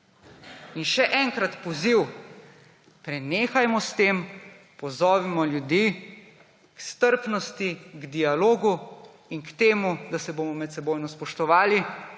Še enkrat poziv, prenehajmo s tem, pozovimo ljudi k strpnosti, k dialogu in k temu, da se bomo medsebojno spoštovali